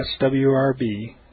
swrb